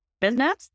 business